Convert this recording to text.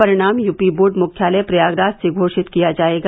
परिणाम UP board मुख्यालय प्रयागराज से घोषित किया जायेगा